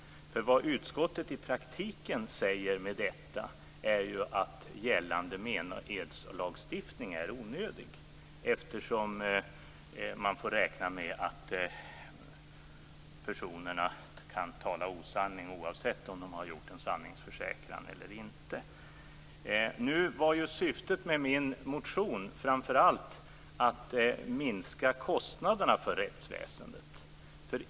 Vad utskottet i praktiken säger med detta är att gällande menedslagstiftning är onödig, eftersom man får räkna med att personerna kan tala osanning oavsett om de har gjort en sanningsförsäkran eller inte. Syftet med min motion var framför allt att minska kostnaderna för rättsväsendet.